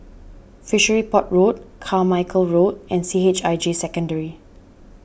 Fishery Port Road Carmichael Road and C H I J Secondary